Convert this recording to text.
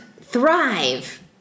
thrive